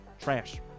trash